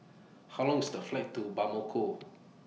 How Long IS The Flight to Bamako